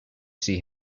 see